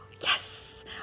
Yes